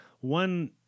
one